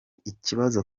ikibazo